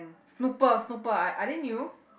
snooper snooper are they new